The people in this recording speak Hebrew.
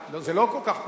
זה לא כל כך פשוט.